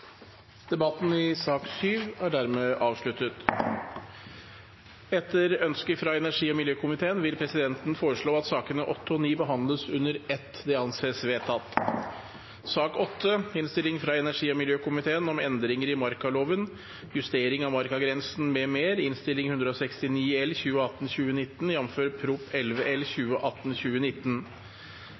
Debatten i sak nr. 7 er dermed avsluttet. Etter ønske fra energi- og miljøkomiteen vil presidenten foreslå at sakene nr. 8 og 9 behandles under ett. – Det anses vedtatt. Etter ønske fra energi- og miljøkomiteen